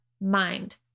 mind